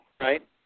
Right